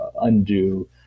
undo